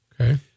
Okay